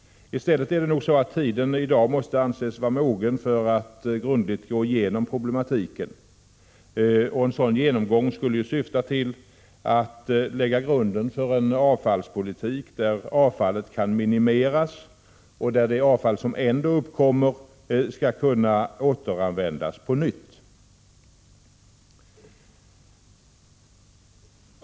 I stället är det nog så att tiden i dag måste anses vara mogen för att grundligt gå igenom problematiken. En sådan genomgång skulle syfta till att lägga grunden för en avfallspolitik där avfallet kan minimeras och där det avfall som ändå uppkommer skall kunna återanvändas.